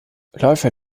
läufer